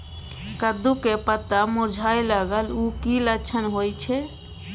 कद्दू के पत्ता मुरझाय लागल उ कि लक्षण होय छै?